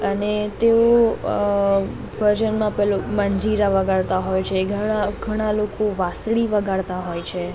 અને તેઓ અ ભજનમાં પેલું મંજીરા વગાડતા હોય છે ઘણા ઘણા લોકો વાંસળી વગાડતા હોય છે